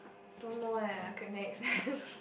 don't know eh okay next